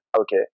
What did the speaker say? Okay